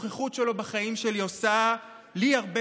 הנוכחות שלו בחיים שלי עושה לי הרבה